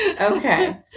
Okay